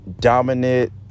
dominant